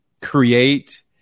create